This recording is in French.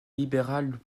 libérale